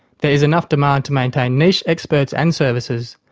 there is enough demand to maintain niche experts and services,